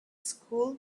school